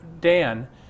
Dan